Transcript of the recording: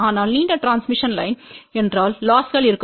அதனால் நீண்ட transmission line என்றால் லொஸ்கள் இருக்கும்